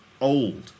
old